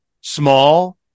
small